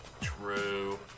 True